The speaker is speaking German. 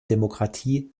demokratie